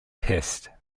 pest